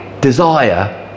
desire